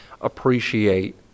appreciate